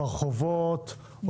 ברחובות.